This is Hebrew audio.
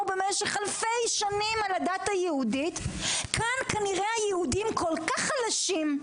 במשך אלפי שנים על הדת היהודית כאן כנראה היהודים כל כך חלשים,